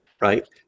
Right